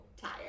tired